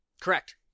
Correct